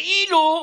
כאילו שאנחנו,